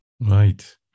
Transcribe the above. Right